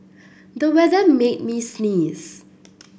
the weather made me sneeze